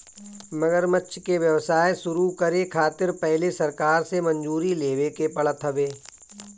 मगरमच्छ के व्यवसाय शुरू करे खातिर पहिले सरकार से मंजूरी लेवे के पड़त हवे